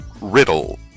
Riddle